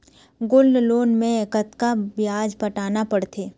Gold loan मे कतका ब्याज पटाना पड़थे?